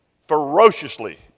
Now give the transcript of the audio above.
ferociously